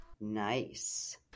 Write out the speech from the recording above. Nice